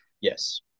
Yes